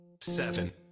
seven